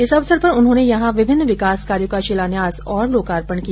इस अवसर पर उन्होंने यहां विभिन्न विकास कार्यों का शिलान्यास और लोकार्पण किया